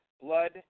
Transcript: blood